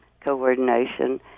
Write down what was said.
coordination